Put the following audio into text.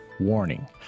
Warning